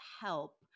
help